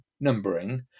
numbering